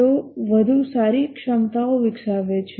તેઓ વધુ સારી ક્ષમતાઓ વિકસાવે છે